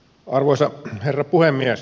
arvoisa herra puhemies